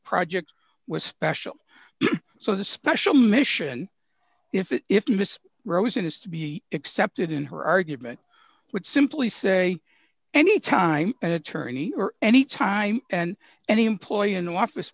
project was special so the special mission if it if you miss rosen is to be accepted in her argument would simply say any time an attorney or any time and any employee in the office